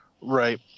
Right